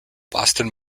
boston